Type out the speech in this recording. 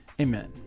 Amen